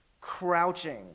crouching